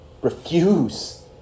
refuse